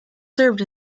served